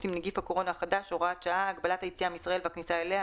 עם נגיף הקורונה החדש (הוראת שעה)(הגבלת היציאה מישראל והכניסה אליה),